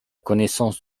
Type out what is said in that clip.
connaissance